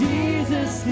Jesus